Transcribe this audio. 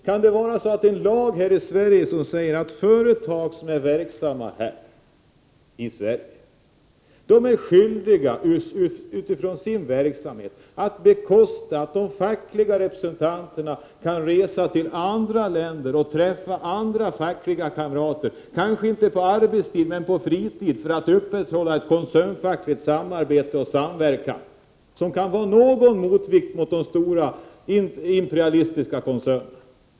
Kan vi ha en lag här i Sverige som säger att företag som är verksamma här i landet är skyldiga att bekosta att de fackliga representanterna kan resa till andra länder och träffa fackliga kamrater, kanske inte på arbetstid men på fritid, för att upprätthålla en koncernfacklig samverkan som kan vara någon motvikt mot de stora, imperialistiska koncernerna?